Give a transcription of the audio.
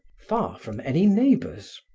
far from any neighbors.